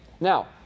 Now